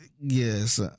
yes